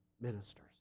ministers